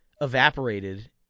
evaporated